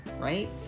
right